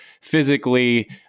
physically